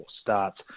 starts